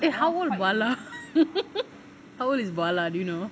eh how old is bala how old is bala do you know